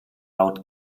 laut